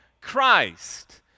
Christ